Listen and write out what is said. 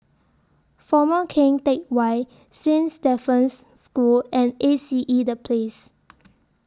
Former Keng Teck Whay Saint Stephen's School and A C E The Place